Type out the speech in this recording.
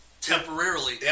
temporarily